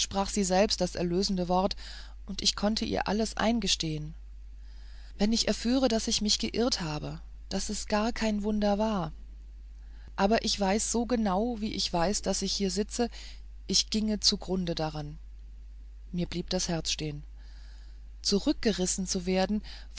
sprach sie selbst das erlösende wort und ich konnte ihr alles eingestehen wenn ich erführe daß ich mich geirrt habe daß es gar kein wunder war aber ich weiß so genau wie ich weiß daß ich hier sitze ich ginge zugrunde daran mir blieb das herz stehen zurückgerissen werden